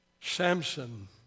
Samson